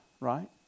right